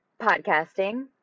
podcasting